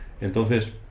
entonces